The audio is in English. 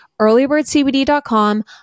earlybirdcbd.com